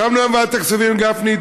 ישבנו היום בוועדת הכספים עם גפני.